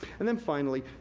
and then, finally,